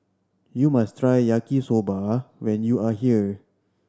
you must try Yaki Soba when you are here